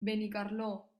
benicarló